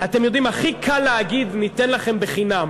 אתם יודעים, הכי קל להגיד, ניתן לכם בחינם.